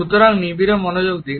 সুতরাং নিবিড় মনোযোগ দিন